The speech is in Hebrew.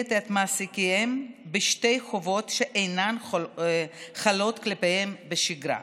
מחייבת את מעסיקיהם בשתי חובות שאינן חלות כלפיהם בשגרה: